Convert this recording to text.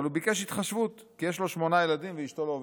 אבל הוא ביקש התחשבות כי יש לו שמונה ילדים ואשתו לא עובדת.